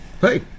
Hey